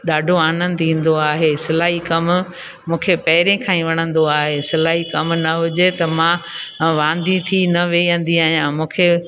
ॾाढो आनंदु ईंदो आहे सिलाई कमु मूंखे पहिरें खां ई वणंदो आहे सिलाई कमु न हुजे त मां वांदी थी न विहंदी आहियां मूंखे